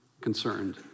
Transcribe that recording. concerned